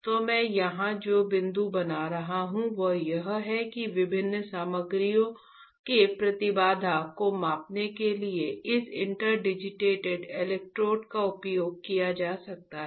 तो मैं यहां जो बिंदु बना रहा हूं वह यह है कि विभिन्न सामग्रियों के प्रतिबाधा को मापने के लिए इस इंटरडिजिटेटेड इलेक्ट्रोड का उपयोग किया जा सकता है